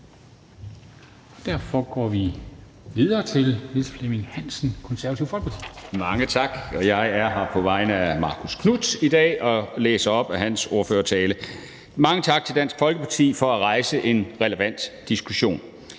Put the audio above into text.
20:43 (Ordfører) Niels Flemming Hansen (KF): Mange tak. Jeg er her på vegne af Marcus Knuth i dag og læser op af hans ordførertale. Mange tak til Dansk Folkeparti for at rejse en relevant diskussion.